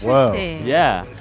whoa yeah.